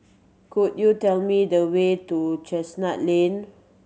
could you tell me the way to Chestnut Lane